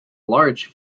large